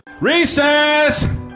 Recess